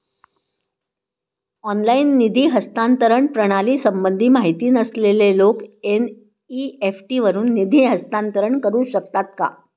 Online निधी हस्तांतरण प्रणालीसंबंधी माहिती नसलेले लोक एन.इ.एफ.टी वरून निधी हस्तांतरण करू शकतात का?